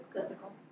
Physical